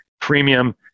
premium